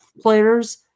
players